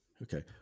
Okay